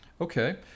Okay